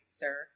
sir